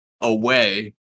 away